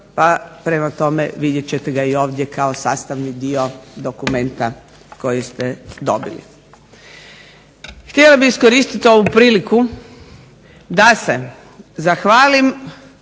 prema tome vidjet ćete ga ovdje kao sastavni dio dokumenta koji ste dobili. Htjela bih iskoristiti ovu priliku da se zahvalim